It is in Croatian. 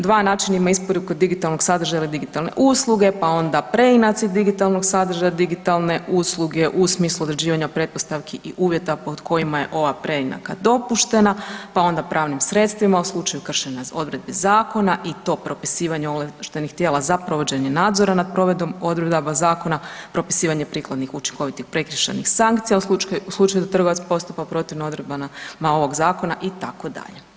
Dva načina isporuke digitalnog sadržaja ili digitalne usluge, pa onda preinaci digitalnog sadržaja i digitalne usluge u smislu određivanja pretpostavki i uvjeta pod kojima je ova preinaka dopuštana, pa onda pravnim sredstvima u slučaju kršenja odredbi zakona i to propisivanje ovlaštenih tijela za provođenje nadzora nad provedbom odredaba zakona, propisivanje prikladnih i učinkovitih prekršajnih sankcija u slučaju da trgovac postupa protivno odredbama ovog zakona itd.